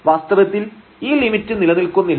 വാസ്തവത്തിൽ ഈ ലിമിറ്റ് നിലനിൽക്കുന്നില്ല